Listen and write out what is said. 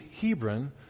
Hebron